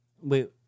Wait